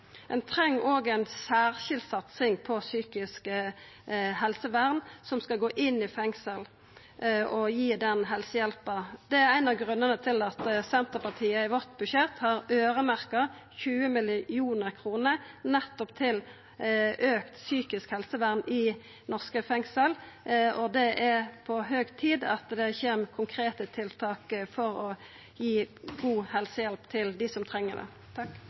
Ein treng òg ei særskild satsing på psykisk helsevern, der ein skal gå inn i fengsel og gi den helsehjelpa. Det er ein av grunnane til at Senterpartiet i sitt budsjett har øyremerkt 20 mill. kr til nettopp auka psykisk helsevern i norske fengsel. Det er på høg tid at det kjem konkrete tiltak for å gi god helsehjelp til dei som treng det.